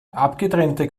abgetrennte